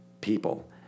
people